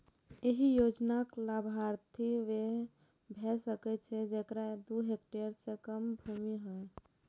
एहि योजनाक लाभार्थी वैह भए सकै छै, जेकरा दू हेक्टेयर सं कम भूमि होय